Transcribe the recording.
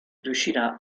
riuscirà